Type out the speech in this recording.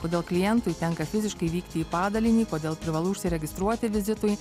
kodėl klientui tenka fiziškai vykti į padalinį kodėl privalu užsiregistruoti vizitui